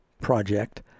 project